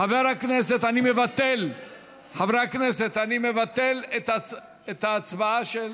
חברי הכנסת, אני מבטל את ההצבעה של